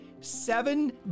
seven